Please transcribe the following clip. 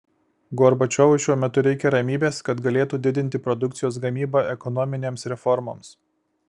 gorbačiovui šiuo metu reikia ramybės kad galėtų didinti produkcijos gamybą ekonominėms reformoms